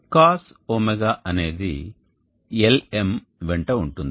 cos ω అనేది Lm వెంట ఉంటుంది